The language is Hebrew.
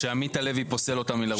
שעמית הלוי פוסל אותה מלרוץ.